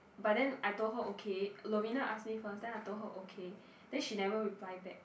but then I told her okay Lovina ask me first then I told her okay then she never reply back